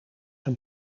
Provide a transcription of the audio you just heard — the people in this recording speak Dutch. een